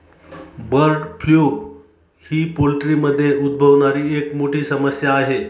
bird flu ही पोल्ट्रीमध्ये उद्भवणारी एक मोठी समस्या आहे